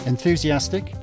Enthusiastic